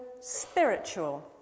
spiritual